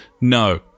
no